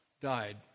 died